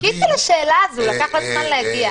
חיכיתי לשאלה הזאת, לקח לה זמן להגיע.